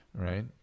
right